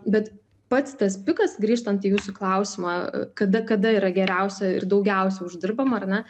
bet pats tas pikas grįžtant į jūsų klausimą kada kada yra geriausia ir daugiausia uždirbama ar ne